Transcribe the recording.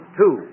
two